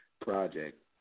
project